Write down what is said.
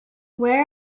where